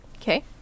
okay